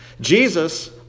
Jesus